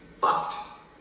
fucked